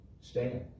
Stand